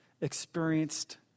experienced